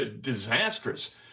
disastrous